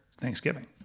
Thanksgiving